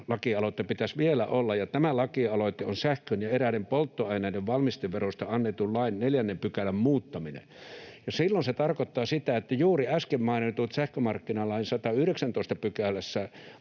lakialoite pitäisi vielä olla, ja tämä lakialoite on sähkön ja eräiden polttoaineiden valmisteverosta annetun lain 4 §:n muuttaminen. Silloin se tarkoittaa sitä, että juuri äsken mainittujen, sähkömarkkinalain 119 §:ssä